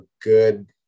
good